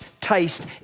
taste